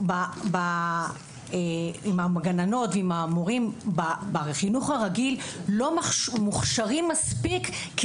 הגננות והמורות לא מוכשרות מספיק בחינוך